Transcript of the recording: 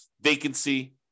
vacancy